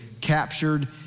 captured